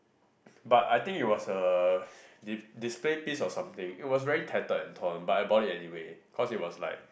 but I think it was uh di~ display piece or something it was really tedded and ton but I bought it anyway cause it was like